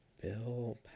Bill